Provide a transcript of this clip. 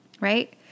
right